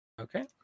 Okay